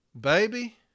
Baby